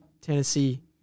Tennessee